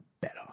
better